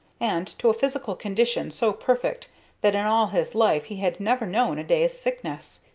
and to a physical condition so perfect that in all his life he had never known a day's sickness.